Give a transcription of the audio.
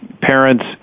Parents